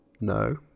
No